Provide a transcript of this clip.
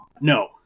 No